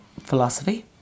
Philosophy